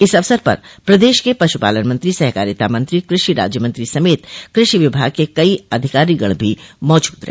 इस अवसर पर प्रदेश के पशुपालन मंत्री सहकारिता मंत्री कृषि राज्य मंत्री समेत कृषि विभाग के कई अधिकारीगण भी मौजूद रहे